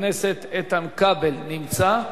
חבר הכנסת איתן כבל נמצא?